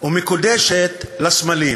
או מקודשת לסמלים.